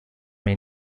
may